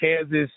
Kansas